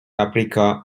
paprika